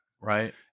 Right